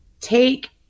Take